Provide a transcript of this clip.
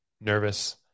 nervous